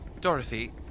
Dorothy